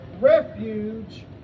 Refuge